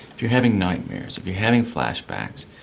if you're having nightmares, if you're having flashbacks,